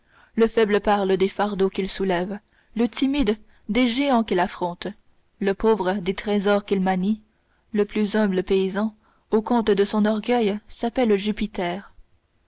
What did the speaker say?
le faible parle des fardeaux qu'il soulève le timide des géants qu'il affronte le pauvre des trésors qu'il manie le plus humble paysan au compte de son orgueil s'appelle jupiter